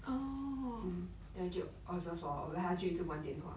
mm then 就 observe lor then 他一直玩电话